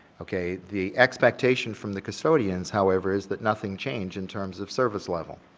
okay. the expectation from the custodians, however, is that nothing change in terms of service level,